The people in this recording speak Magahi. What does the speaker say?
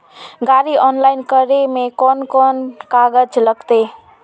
गाड़ी ऑनलाइन करे में कौन कौन कागज लगते?